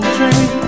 Train